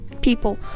people